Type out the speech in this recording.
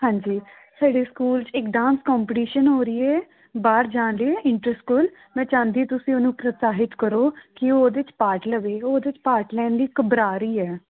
ਹਾਂਜੀ ਸਾਡੇ ਸਕੂਲ 'ਚ ਇਕ ਡਾਂਸ ਕੋਂਪੀਟੀਸ਼ਨ ਹੋ ਰਹੀ ਹੈ ਬਾਹਰ ਜਾਣ ਲਈ ਇੰਟਰ ਸਕੂਲ ਮੈਂ ਚਾਹੰਦੀ ਤੁਸੀਂ ਉਹਨੂੰ ਪ੍ਰੋਤਸਾਹਿਤ ਕਰੋ ਕਿ ਉਹ ਉਹਦੇ 'ਚ ਪਾਰਟ ਲਵੇ ਉਹ ਉਹਦੇ 'ਚ ਪਾਰਟ ਲੈਣ ਲਈ ਘਬਰਾ ਰਹੀ ਹੈ